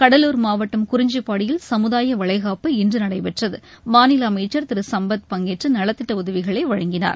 கடலூர் மாவட்டம் குறிஞ்சிப்பாடியில் சமுதாய வளைகாப்பு இன்று நடைபெற்றது மாநில அமைச்சர் திரு சம்பத் பங்கேற்று நலத்திட்ட உதவிகளை வழங்கினார்